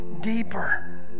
deeper